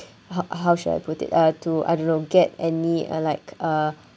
how how should I put it uh to I don't know get any uh like uh